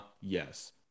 Yes